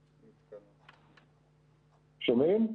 שומעים?